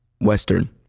Western